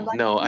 no